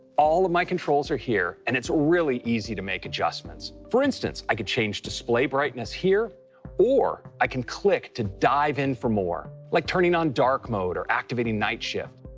all of my controls are here, and it's really easy to make adjustments. for instance, i can change display brightness here or i can click to dive in for more, like turning on dark mode or activating night shift.